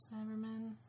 Cybermen